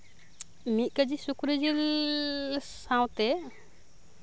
ᱢᱤᱫ ᱠᱮᱹᱡᱤ ᱥᱩᱠᱨᱤ ᱡᱤᱞ ᱥᱟᱶᱛᱮ